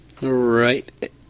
Right